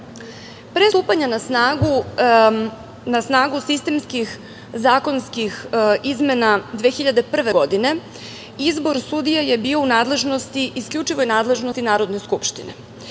stupanja na snagu sistemskih zakonskih izmena 2001. godine, izbor sudija je bio u isključivoj nadležnosti Narodne skupštine.